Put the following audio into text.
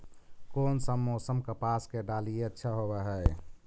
कोन सा मोसम कपास के डालीय अच्छा होबहय?